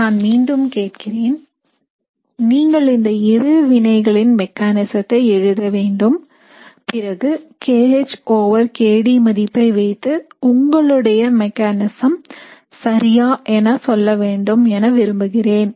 நான் மீண்டும் கேட்கிறேன் நீங்கள் இந்த இரு வினைகளின் மெக்காநிசத்தை எழுத வேண்டும் பிறகு kH over kD மதிப்பை வைத்து உங்களுடைய மெக்காநிசம் சரியா என சொல்ல வேண்டும் என விரும்புகிறேன்